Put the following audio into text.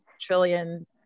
trillion